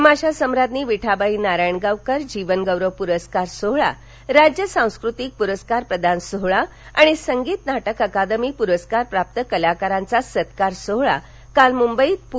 तमाशासम्राज्ञी विठाबाई नारायणगांवकर जीवनगौरव पुरस्कार सोहळा राज्य सांस्कृतिक पुरस्कार प्रदान सोहळा आणि संगीत नाटक अकादमी पुरस्कार प्राप्त कलाकारांचा सत्कार सोहळा काल मुंबईत पू